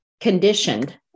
conditioned